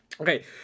Okay